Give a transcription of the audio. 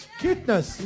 cuteness